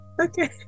Okay